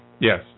Yes